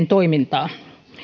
toimintaa